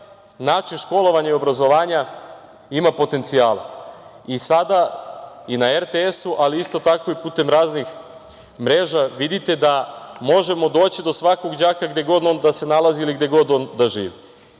način školovanja i obrazovanja ima potencijala i sada i na RTS-u, ali isto tako i putem raznih mreža, vidite da možemo doći do svakog đaka gde god on da se nalazi ili gde god on da živi.